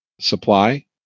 supply